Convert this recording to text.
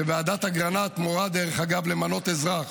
ועדת אגרנט מורה, דרך אגב, למנות אזרח.